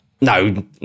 no